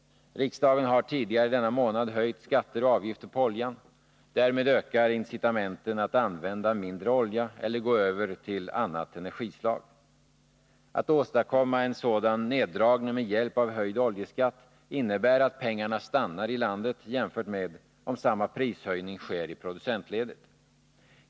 Riksdagen har tidigare denna månad höjt skatter och avgifter på oljan. Därmed ökar incitamenten att använda mindre olja eller gå över till annat energislag. Att åstadkomma en sådan neddragning med hjälp av höjd oljeskatt innebär att pengarna stannar i landet jämfört med om samma prishöjning sker i producentledet.